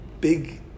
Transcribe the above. big